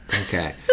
Okay